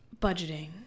Budgeting